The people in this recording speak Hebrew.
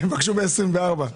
הם יבקשו ב-2024.